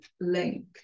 link